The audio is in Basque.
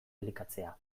elikatzea